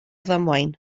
ddamwain